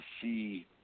see